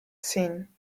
seen